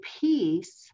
peace